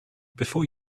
before